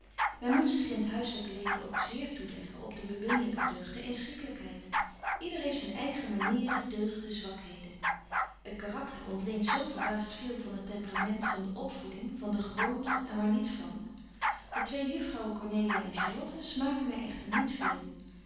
men moet zich in t huislyke leven k zeer toeleggen op de beminlyke deugd der inschiklykheid yder heeft zyn eigen manieren deugden zwakheden het karakter ontleent zo verbaast veel van het temperament van de opvoeding van de gewoonte en waar niet van de twee juffrouwen cornelia en charlotta smaken my echter niet veel